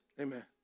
Amen